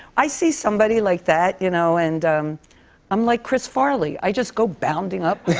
i see somebody like that, you know, and i'm like chris farley i just go bounding up